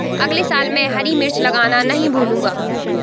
अगले साल मैं हरी मिर्च लगाना नही भूलूंगा